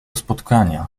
spotkania